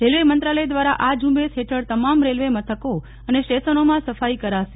railway મંત્રાલય દ્વારા આ ઝુંબેશ હેઠળ તમામ રેલવે મથકો અને સ્ટેશનોમાં સફાઈ કરાશે